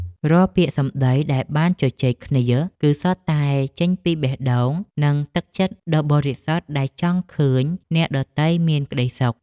រាល់ពាក្យសម្ដីដែលបានជជែកគ្នា គឺសុទ្ធតែចេញពីបេះដូងនិងទឹកចិត្តដ៏បរិសុទ្ធដែលចង់ឃើញអ្នកដទៃមានក្ដីសុខ។